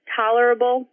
tolerable